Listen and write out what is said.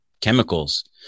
chemicals